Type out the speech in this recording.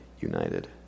united